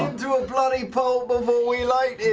um to a bloody pulp before we liked